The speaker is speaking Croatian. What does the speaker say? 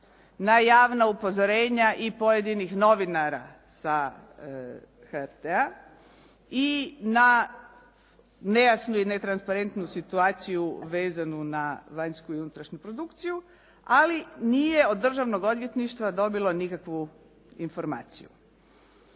na javna upozorenja i pojedinih novinara sa HRT-a i na nejasnu i netransparentnu situaciju vezanu na vanjsku i unutrašnju produkciju, ali nije od državnog odvjetništva dobilo nikakvu informaciju.